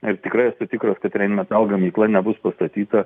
ir tikrai esu tikras kad rain metal gamykla nebus pastatyta